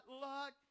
luck